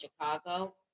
Chicago